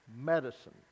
medicine